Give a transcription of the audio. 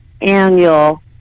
annual